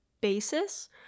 basis